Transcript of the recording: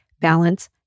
balance